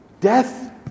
death